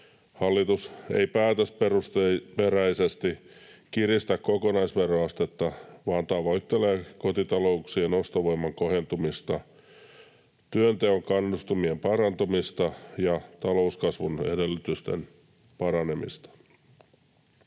Hallitus ei päätösperäisesti kiristä kokonaisveroastetta vaan tavoittelee kotitalouksien ostovoiman kohentumista, työnteon kannustimien parantumista ja talouskasvun edellytysten paranemista.